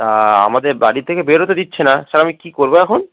তা আমাদের বাড়ি থেকে বেরোতে দিচ্ছে না স্যার আমি কি করবো এখন